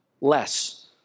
less